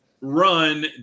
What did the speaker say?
Run